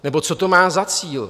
Nebo co to má za cíl?